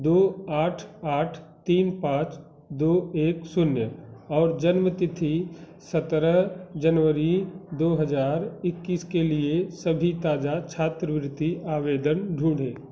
दो आठ आठ तीन पाँच दो एक शून्य और जन्म तिथि सतरह जनवरी दो हज़ार इक्कीस के लिए सभी ताज़ा छात्रवृत्ति आवेदन ढूँढें